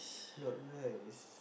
not nice